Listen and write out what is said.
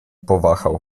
powahał